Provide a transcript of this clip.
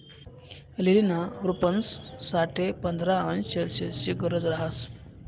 लीलीना रोपंस साठे पंधरा अंश सेल्सिअसनी गरज रहास